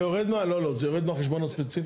זה יורד, לא, לא, זה יורד מהחשבון הספציפי?